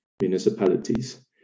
municipalities